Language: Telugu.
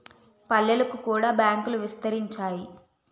పల్లెలకు కూడా బ్యాంకులు విస్తరించాయి